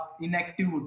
inactive